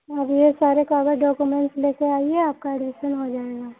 आप ये सारे कागज डॉक्युमेंट्स ले के आइए आपका एडमिशन हो जाएगा